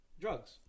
drugs